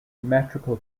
metrical